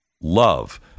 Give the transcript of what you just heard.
love